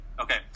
Okay